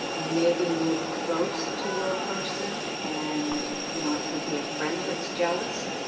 maybe move close to your person and you know, it could be a friend that's jealous